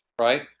Right